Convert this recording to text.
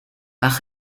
par